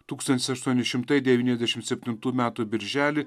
tūkstantis aštuoni šimtai devyniasdešimt septintų metų birželį